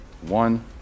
One